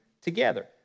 together